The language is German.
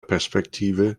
perspektive